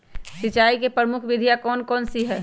सिंचाई की प्रमुख विधियां कौन कौन सी है?